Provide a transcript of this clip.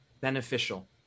beneficial